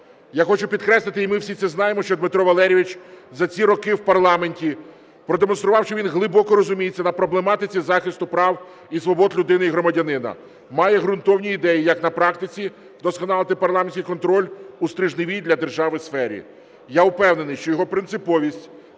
Я хочу підкреслити, і ми всі це знаємо, що Дмитро Валерійович за ці роки в парламенті продемонстрував, що він глибоко розуміється на проблематиці захисту прав і свобод людини і громадянина, має ґрунтовні ідеї, як на практиці вдосконалити парламентський контроль у стрижневий для держави сфері. Я впевнений, що його принциповість,